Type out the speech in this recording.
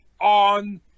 on